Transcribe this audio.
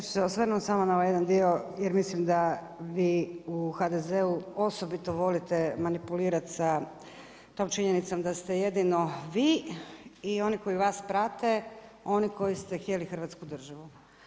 Ja ću se osvrnuti samo na ovaj jedan dio, jer mislim da vi u HDZ-u osobito volite manipulirati sa tom činjenicom da ste jedino vi i oni koji vas prate, oni koji ste htjeli Hrvatsku državu.